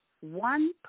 one